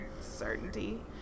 Certainty